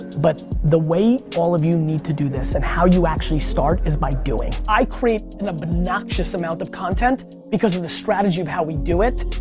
but the way all of you need to do this and how you actually start is by doing. i create an but obnoxious amount of content because of the strategy of how we do it.